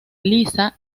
lisa